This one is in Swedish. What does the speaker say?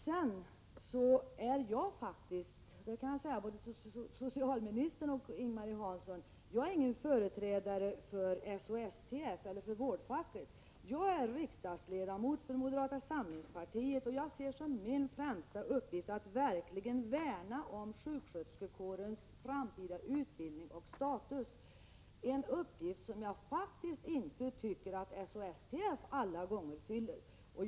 Jag är inte — detta kan jag säga till både socialministern och Ing-Marie Hansson — någon företrädare för SHSTF som vårdfack. Jag är riksdagsledamot för moderata samlingspartiet, och jag ser det som min främsta uppgift att verkligen värna om sjuksköterskekårens framtida utbildning och status. Det är en uppgift som jag faktiskt inte tycker att SHSTF alla gånger fyller.